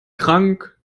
krank